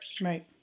Right